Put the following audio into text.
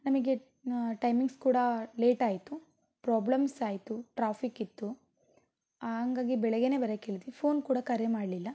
ನಮಗೆ ಟೈಮಿಂಗ್ಸ್ ಕೂಡ ಲೇಟ್ ಆಯಿತು ಪ್ರಾಬ್ಲಮ್ಸ್ ಆಯಿತು ಟ್ರಾಫಿಕ್ ಇತ್ತು ಹಾಗಾಗಿ ಬೆಳಗ್ಗೇನೆ ಬರಕ್ಕೆ ಹೇಳಿದ್ವಿ ಫೋನ್ ಕೂಡ ಕರೆ ಮಾಡಲಿಲ್ಲ